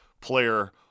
player